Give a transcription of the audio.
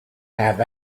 have